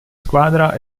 squadra